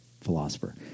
philosopher